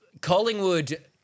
Collingwood